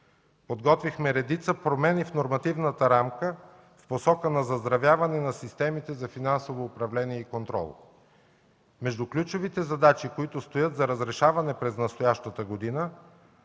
Подготвихме редица промени в нормативната рамка в посока на заздравяване на системите за финансово управление и контрол. Между ключовите задачи, които стоят за разрешаване през настоящата година,